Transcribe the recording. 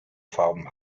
farben